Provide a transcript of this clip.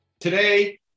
Today